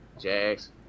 Jags